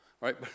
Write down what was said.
right